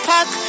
Park